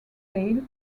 tale